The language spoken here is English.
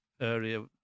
area